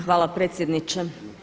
Hvala predsjedniče.